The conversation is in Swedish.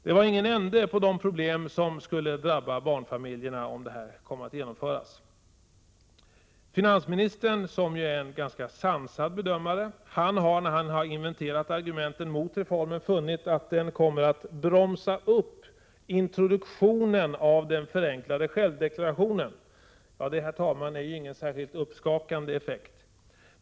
Det var ingen ände på de problem som skulle drabba barnfamiljerna, om förslaget skulle genomföras. Finansministern, som är en ganska sansad bedömare, har när han inventerat argumenten mot reformen funnit att den kommer att bromsa upp introduktionen av den förenklade självdeklarationen. Det är ingen särskilt uppskakande effekt.